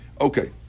Okay